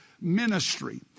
ministry